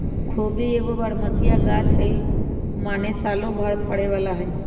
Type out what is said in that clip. खोबि एगो बरमसिया ग़ाछ हइ माने सालो भर फरे बला हइ